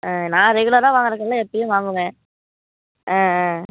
ஆ நான் ரெகுலராக வாங்கற கடையில் எப்போயும் வாங்குவேன் ஆ ஆ